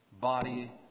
body